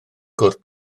cwrdd